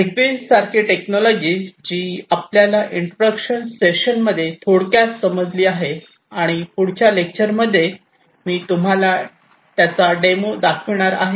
Zigbee सारखी technology जी आपल्याला इंट्रोडक्शन सेशन मध्ये थोडक्यात समजली आहे आणि पुढच्या लेक्चर मध्ये मी तुम्हाला डेमो दाखवणार आहे